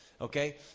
Okay